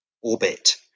orbit